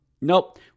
Nope